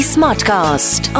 Smartcast